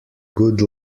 good